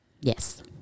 Yes